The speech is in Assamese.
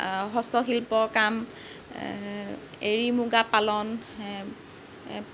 হস্তশিল্পৰ কাম এৰি মুগা পালন